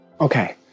Okay